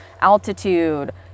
altitude